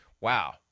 wow